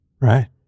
Right